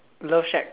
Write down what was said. love shack